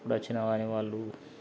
ఎప్పుడు వచ్చినా గానీ వాళ్ళు